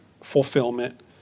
fulfillment